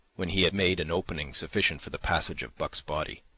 when he had made an opening sufficient for the passage of buck's body.